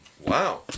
Wow